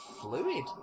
fluid